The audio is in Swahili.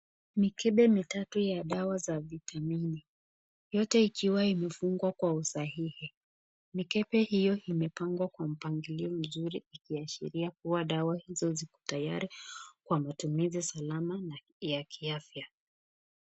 Mikebe mitatu ya dawa za Vitamini yote ikiwa imefungwa kwa usahihi, mikebe hiyo imepangwa kwa mpangilio mizuri ikiashiria kwamba dawa hizo ziko tayari kwa matumizi salama na ya kiafya.